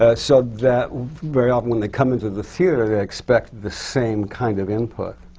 ah so that, very often when they come into the theatre, they expect the same kind of input.